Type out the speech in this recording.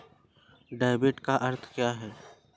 Debit का अर्थ क्या है?